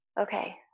okay